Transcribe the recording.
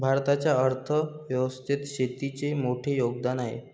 भारताच्या अर्थ व्यवस्थेत शेतीचे मोठे योगदान आहे